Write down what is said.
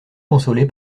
consoler